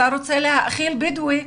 "אתה רוצה להאכיל בדואי",